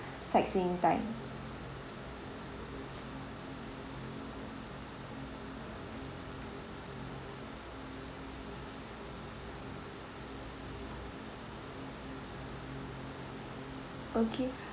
sightseeing time okay